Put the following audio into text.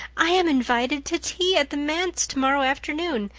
i am invited to tea at the manse tomorrow afternoon!